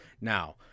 Now